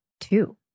two